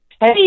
Hey